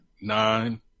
Nine